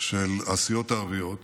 של הסיעות הערביות